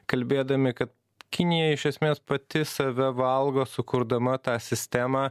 kalbėdami kad kinija iš esmės pati save valgo sukurdama tą sistemą